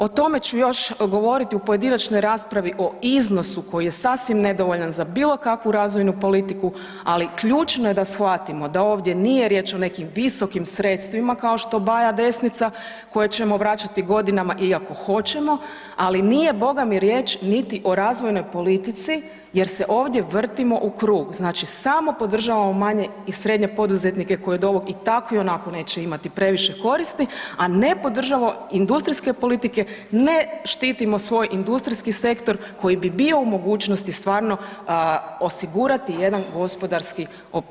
O tome ću još govoriti u pojedinačnoj raspravi o iznosu koji je sasvim nedovoljan za bilo kakvu razvojnu politiku, ali ključno je da shvatimo da ovdje nije riječ o nekim visokim sredstvima kao što baja desnica koja ćemo vraćati godinama, iako hoćemo, ali nije … riječ niti o razvojnoj politici jer se ovdje vrtimo u krug, znači samo podržavamo manje i srednje poduzetnike koji od ovog i tako i onako neće imati previše koristi, a ne podržavamo industrijske politike, ne štitimo svoj industrijski sektor koji bi bio u mogućosti stvarno osigurati jedan gospodarski oporavak.